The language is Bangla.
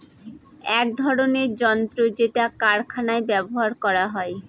এক ধরনের যন্ত্র যেটা কারখানায় ব্যবহার করা হয়